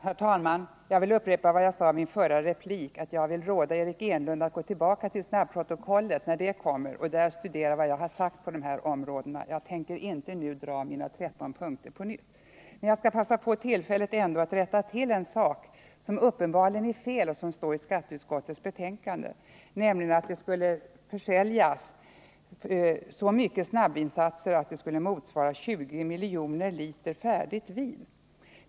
Herr talman! Jag vill upprepa vad jag sade i min förra replik: Jag råder Eric Enlund att gå tillbaka till snabbprotokollet och där studera vad jag har sagt i denna fråga. Jag tänker inte nu dra mina 13 punkter på nytt. Jag skall passa på tillfället att rätta till en felaktighet i skatteutskottets betänkande. Där står att det skulle säljas så många snabbvinsatser att det motsvarar 20 miljoner liter färdigt vin.